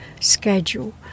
schedule